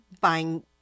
buying